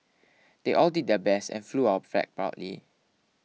they all did their best and flew our flag proudly